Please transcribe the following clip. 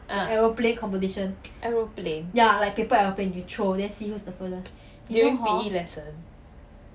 ah aeroplane during P_E lesson